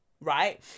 Right